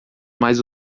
mais